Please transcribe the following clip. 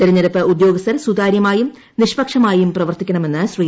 തെരഞ്ഞെടുപ്പ് ഉദ്യോഗസ്ഥർ സുതാര്യമായും നിഷ്പക്ഷമായും പ്രവർത്തിക്കണമെന്ന് ശ്രീ